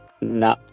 No